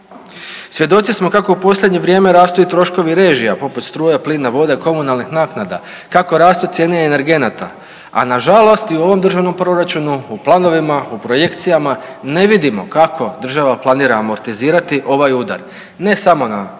Svjedoci smo kako u posljednje vrijeme rastu i troškovi režija, poput struje, plina, vode, komunalnih naknada, kako rastu cijene energenata, a nažalost i u ovom državnom proračunu u planovima, u projekcijama ne vidimo kako država planira amortizirati ovaj udar ne samo na građane,